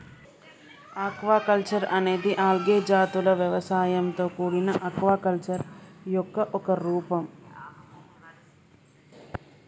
aquaculture అనేది algae జాతుల వ్యవసాయంతో కూడిన ఆక్వాకల్చర్ యొక్క ఒక రూపం